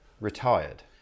retired